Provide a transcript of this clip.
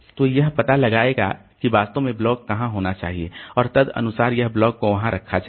तो यह पता लगाएगा कि वास्तव में ब्लॉक कहां होना चाहिए और तदनुसार यह ब्लॉक को वहां रखा जाएगा